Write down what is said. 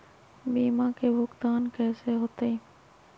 बीमा के भुगतान कैसे होतइ?